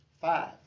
Five